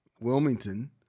Wilmington